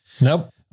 Nope